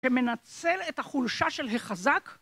ומנצל את החולשה של החזק?